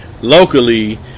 locally